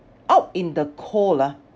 out in the cold ah